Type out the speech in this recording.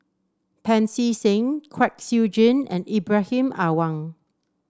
Pancy Seng Kwek Siew Jin and Ibrahim Awang